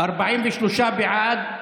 43 בעד,